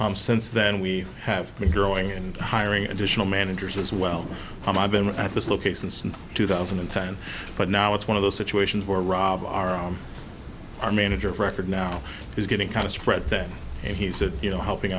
massachusetts since then we have been growing and hiring additional managers as well i've been at this location since two thousand and ten but now it's one of those situations where rob our on our manager of record now is getting kind of spread that he said you know helping